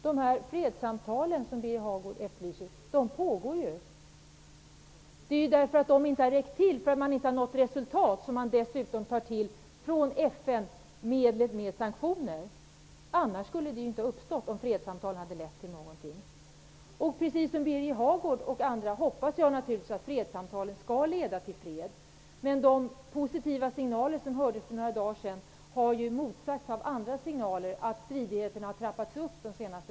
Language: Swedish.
Herr talman! De fredssamtal som Birger Hagård efterlyser pågår ju. Det är därför att de inte har räckt till och inte har lett till resultat som FN tar till sanktionsmedlet. Om samtalen hade lett till någonting, skulle det inte ha tillgripits. Som bl.a. Birger Hagård hoppas jag naturligtvis att fredssamtalen skall leda till fred, men de positiva signaler som hördes för några dagar sedan har ju under de senaste dagarna motsagts av signaler om att stridigheterna har trappats upp.